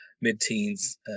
mid-teens